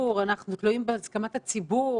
אנחנו תלויים בהסכמת הציבור,